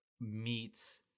meets